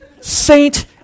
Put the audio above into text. Saint